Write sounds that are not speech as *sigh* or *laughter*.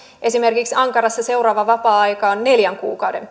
esimerkiksi ankarassa seuraava vapaa aika on neljän kuukauden *unintelligible*